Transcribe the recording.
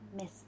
Miss